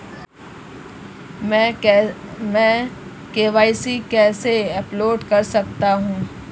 मैं के.वाई.सी कैसे अपडेट कर सकता हूं?